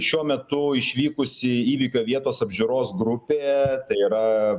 šiuo metu išvykusi įvykio vietos apžiūros grupė tai yra